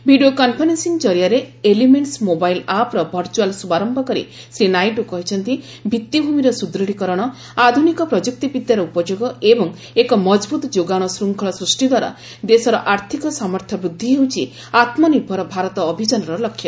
video conferencing ଜରିଆରେ elements mobile ଆପ୍ର virtual ଶୁଭାରୟ କରି ଶ୍ରୀ ନାଇଡୁ କହିଛନ୍ତି ଭିତ୍ତିଭୂମିର ସୁଦୃଢୀକରଣ ଆଧୁନିକ ପ୍ରଯୁକ୍ତି ବିଦ୍ୟାର ଉପଯୋଗ ଏବଂ ଏକ ମଜବୁତ ଯୋଗାଣ ଶୃଙ୍ଖଳ ସୃଷ୍ଟି ଦ୍ୱାରା ଦେଶର ଆର୍ଥକ ସାମର୍ଥ୍ୟ ବୃଦ୍ଧି ହେଉଛି ଆତ୍ମନିର୍ଭର ଭାରତ ଅଭିଯାନର ଲକ୍ଷ୍ୟ